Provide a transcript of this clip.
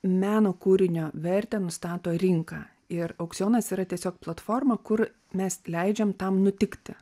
meno kūrinio vertę nustato rinka ir aukcionas yra tiesiog platforma kur mes leidžiam tam nutikti